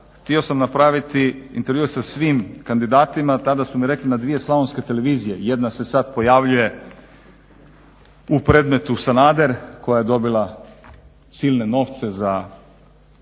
htio sam napraviti intervjue sa svim kandidatima, tada su mi rekli na dvije slavonske televizije, jedna se sada pojavljuje u predmetu Sanader koja je dobila silne novce za